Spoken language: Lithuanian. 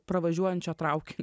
pravažiuojančio traukinio